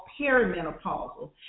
perimenopausal